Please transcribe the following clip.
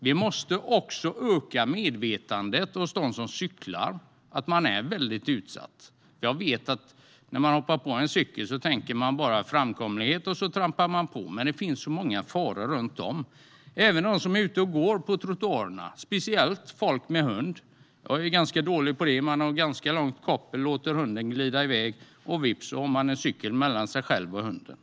Vi måste också öka medvetenheten hos dem som cyklar om att de är väldigt utsatta. När man hoppar på en cykel tänker man bara framkomlighet, och så trampar man på. Men det finns så många faror runt om. Detta gäller även dem som är ute och går på trottoarerna, speciellt folk med hund. Jag är ganska dålig på det, har långt koppel och låter hunden glida iväg, och vips har man en cykel mellan sig själv och hunden.